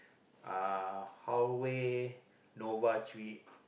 uh Huawei Nova three